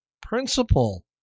principle